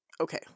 okay